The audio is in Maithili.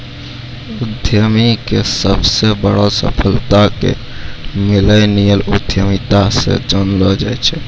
उद्यमीके सबसे बड़ो सफलता के मिल्लेनियल उद्यमिता से जानलो जाय छै